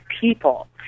people